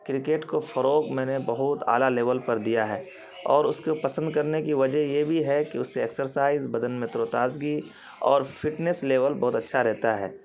cricket کو فروغ میں نے بہت اعلیٰ لیول پر دیا ہے اور اس کو پسند کرنے کی وجہ یہ بھی ہے کہ اس سے ایکسرسائز بدن میں تر و تازگی اور فٹنیس لیول بہت اچھا رہتا ہے